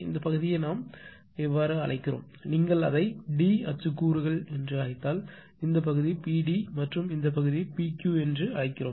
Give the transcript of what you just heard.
இந்தப் பகுதியை நாம் அழைக்கிறோம் நீங்கள் அதை d அச்சு கூறுகள் என்று அழைத்தால் இந்த பகுதி Pd என்றும் இந்த பகுதி Pq என்றும் அழைக்கிறோம்